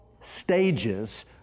stages